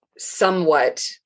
Somewhat